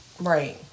Right